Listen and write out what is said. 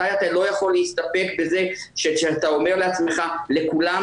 מתי אתה לא יכול להסתפק בזה שאתה אומר לעצמך 'לכולם